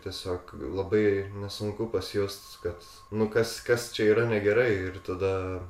tiesiog labai nesunku pasijust kad nu kas kas čia yra negerai ir tada